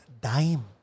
dime